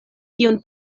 kiun